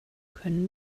können